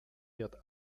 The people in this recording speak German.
wird